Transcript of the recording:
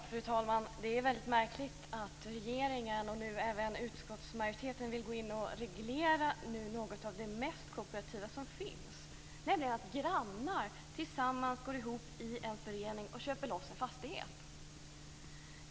Fru talman! Det är väldigt märkligt att regeringen, och nu även utskottsmajoriteten, vill gå in och reglera något av det mest kooperativa som finns, nämligen att grannar tillsammans går ihop i en förening och köper loss en fastighet.